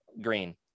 green